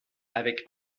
avec